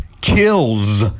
kills